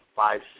five